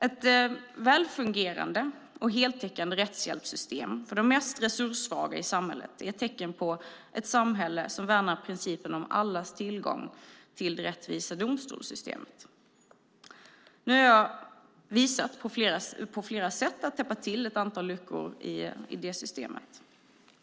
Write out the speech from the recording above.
Ett välfungerande och heltäckande rättshjälpssystem för de mest resurssvaga i samhället är ett tecken på ett samhälle som värnar principen om allas tillgång till det rättvisa domstolssystemet. Jag har visat på flera sätt att täppa till ett antal luckor i det systemet.